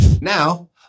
Now